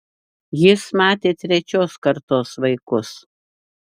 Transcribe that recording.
jis matė trečios kartos vaikus